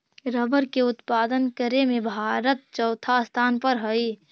rubber के उत्पादन करे में भारत चौथा स्थान पर हई